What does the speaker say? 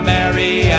Mary